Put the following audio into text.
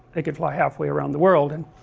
they could fly half way around the world and